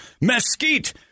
mesquite